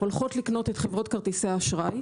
הולכות לקנות את חברות כרטיסי האשראי,